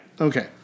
Okay